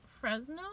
Fresno